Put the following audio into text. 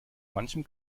manchem